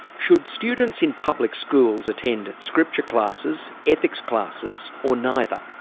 should students in public schools attend scripture classes, ethics classes or neither?